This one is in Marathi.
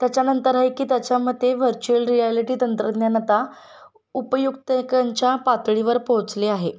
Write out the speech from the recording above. त्याच्यानंतर आहे की त्याच्यामते व्हर्च्युअल रियालिटी तंत्रज्ञान आता उपयुक्तकींच्या पातळीवर पोचले आहे